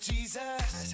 Jesus